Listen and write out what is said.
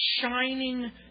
shining